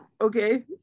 Okay